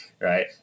right